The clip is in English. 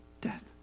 death